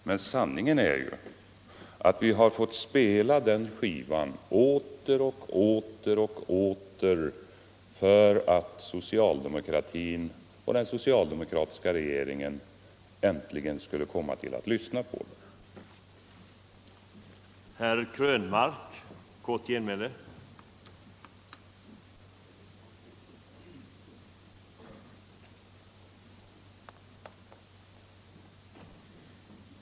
Men sanningen är ju att vi har fått spela den skivan åter och åter och åter för att socialdemokratin och den socialdemokratiska regeringen äntligen skulle komma att lyssna på den.